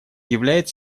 являет